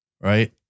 right